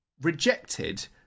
rejected